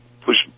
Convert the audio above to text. push